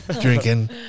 drinking